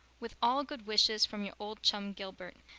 with all good wishes from your old chum, gilbert.